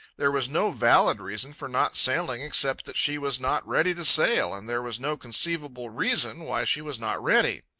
there was no valid reason for not sailing except that she was not ready to sail, and there was no conceivable reason why she was not ready.